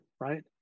Right